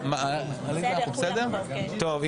היית פה לארג', יצאת לארג'.